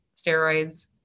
steroids